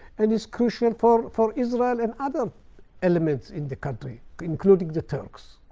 and is crucial for for israel and other elements in the country, including the turks.